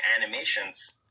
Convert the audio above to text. animations